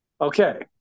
Okay